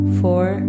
four